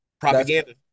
propaganda